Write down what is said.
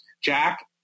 Jack